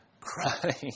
crying